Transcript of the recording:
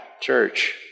church